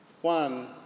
One